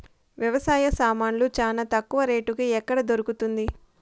వ్యవసాయ సామాన్లు చానా తక్కువ రేటుకి ఎక్కడ దొరుకుతుంది?